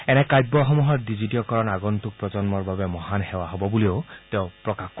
এনে কাব্যসমূহৰ ডিজিটীয়কৰণ আগম্তক প্ৰজন্মৰ বাবে মহান সেৱা হব বুলিও তেওঁ প্ৰকাশ কৰে